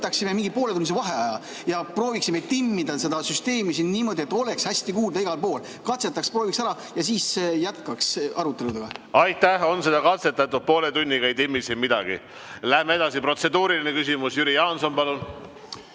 Aitäh! On seda katsetatud, poole tunniga ei timmi siin midagi. Läheme edasi. Protseduuriline küsimus, Jüri Jaanson, palun!